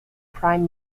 prime